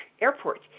Airport